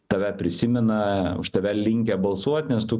tave prisimena už tave linkę balsuot nes tu